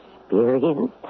experience